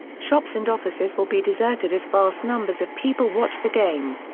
shops and offices will be deserted as vast numbers of people watch the game.